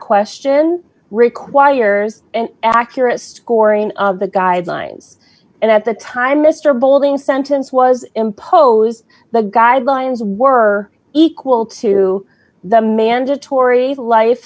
question requires an accurate scoring of the guidelines and at the time mr boulding sentence was imposed the guidelines were equal to the mandatory life